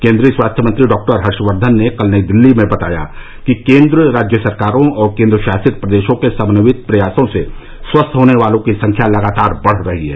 केन्द्रीय स्वास्थ्य मंत्री डॉक्टर हर्षवर्धन ने कल नई दिल्ली में बताया कि केन्द्र राज्य सरकारों और केन्द्रशासित प्रदेशों के समन्वित प्रयासों से स्वस्थ होने वालों की संख्या लगातार बढ़ रही है